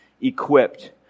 equipped